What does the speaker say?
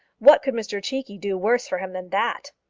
what could mr cheekey do worse for him than that?